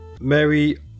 Mary